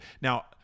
Now